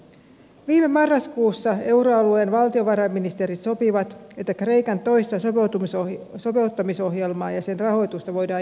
viime marraskuussa euroalueen valtiovarainministerit sopivat että kreikan toista sopeuttamisohjelmaa ja sen rahoitusta voidaan jatkaa